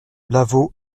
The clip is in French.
lavaux